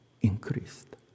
increased